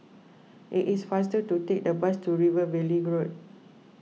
it is faster to take the bus to River Valley Groad